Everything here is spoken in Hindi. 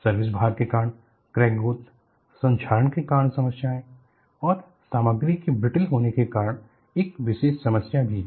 सर्विस भार के कारण क्रैक ग्रोथ संक्षारण के कारण समस्याएं और सामग्री के ब्रिटल होने के कारण एक विशेष समस्या भी है